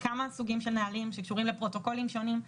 כמה סוגים של נהלים שקשורים לפרוטוקולים שונים,